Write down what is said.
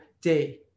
day